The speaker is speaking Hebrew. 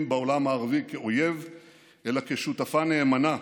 בעולם הערבי כאויב אלא כשותפה נאמנה,